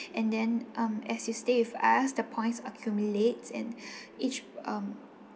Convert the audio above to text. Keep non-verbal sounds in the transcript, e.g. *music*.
and then um as you stay with us the points accumulates and *breath* each um